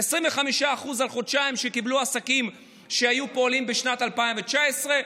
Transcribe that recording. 25% על חודשיים קיבלו עסקים שפעלו בשנת 2019,